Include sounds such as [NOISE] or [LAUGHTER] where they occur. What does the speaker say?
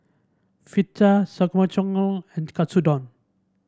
[UNINTELLIGIBLE] and Katsudon